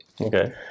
okay